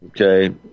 Okay